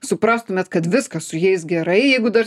suprastumėt kad viskas su jais gerai jeigu dar